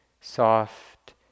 soft